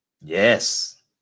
Yes